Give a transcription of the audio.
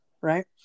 right